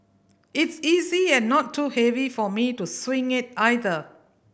it's easy and not too heavy for me to swing it either